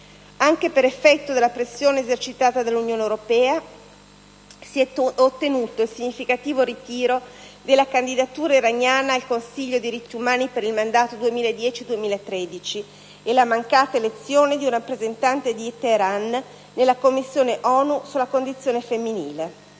Anche per effetto della pressione esercitata dall' Unione europea, si è ottenuto il significativo ritiro della candidatura iraniana al Consiglio diritti umani per il mandato 2010-2013 e la mancata elezione di un rappresentante di Teheran nella Commissione ONU sulla condizione femminile.